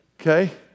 Okay